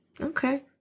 Okay